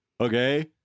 Okay